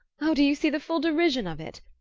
oh, do you see the full derision of it?